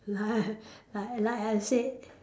la~ like like I said